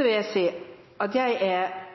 vil jeg si når representanten Lysbakken kontinuerlig omtaler det som kutt i pleiepengene – jeg